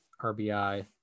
RBI